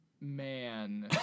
Man